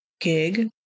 gig